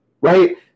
right